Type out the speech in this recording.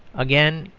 again,